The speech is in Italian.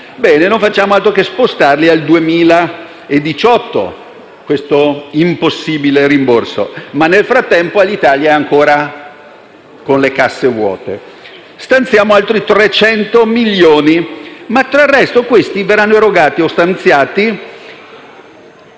e non facciamo altro che spostare al 2018 questo impossibile rimborso. Nel frattempo, però, Alitalia è ancora con le casse vuote e allora stanziamo altri 300 milioni, ma del resto questi verranno erogati o stanziati